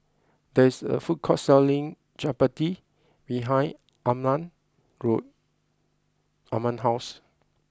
there is a food court selling Chapati behind Arman grow Arman house